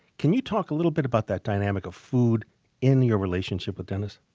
can you talk a little bit about that dynamic of food in your relationship with dennis?